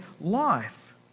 life